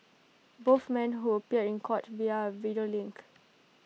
both men who appeared in court via A video link